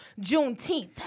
Juneteenth